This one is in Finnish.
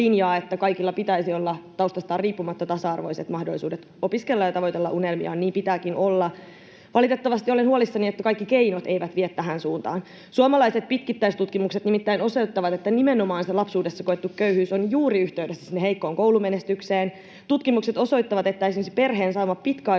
että kaikilla pitäisi olla taustastaan riippumatta tasa-arvoiset mahdollisuudet opiskella ja tavoitella unelmiaan — niin pitääkin olla. Valitettavasti olen huolissani, että kaikki keinot eivät vie tähän suuntaan. Suomalaiset pitkittäistutkimukset nimittäin osoittavat, että nimenomaan se lapsuudessa koettu köyhyys on juuri yhteydessä heikkoon koulumenestykseen. Tutkimukset osoittavat, että esimerkiksi perheen saama